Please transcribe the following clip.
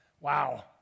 Wow